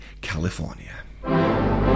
California